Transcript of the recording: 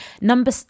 Number